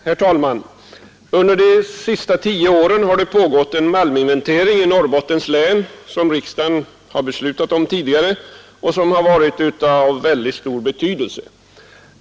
Herr talman! Under de senaste tio åren har det pågått en malminventering i Norrbottens län som riksdagen har beslutat om tidigare och som har varit av väldigt stor betydelse.